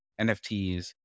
NFTs